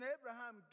Abraham